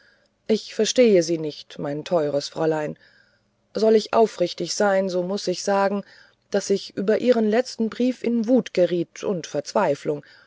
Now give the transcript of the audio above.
ich verstehe sie nicht mein teures fräulein soll ich aufrichtig sein so muß ich bekennen daß ich über ihren letzten brief in wut geriet und verzweiflung